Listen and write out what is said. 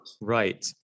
Right